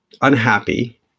unhappy